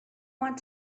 want